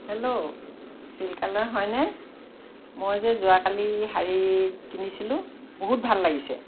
hello চিল্কালয় হয়নে মই যে যোৱাকালি শাড়ী কিনিছিলোঁ বহুত ভাল লাগিছে